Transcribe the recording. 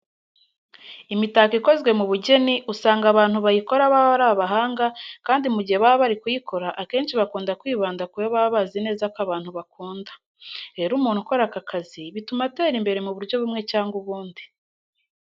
Imitako ikozwe mu bugeni usanga abantu bayikora baba ari abahanga kandi mu gihe baba bari kuyikora akenshi bakunda kwibanda ku yo baba bazi neza ko abantu bakunda. Rero umuntu ukora aka kazi, bituma atera imbere mu buryo bumwe cyangwa ubundi.